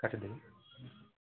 କାଟିଦେବି